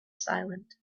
silent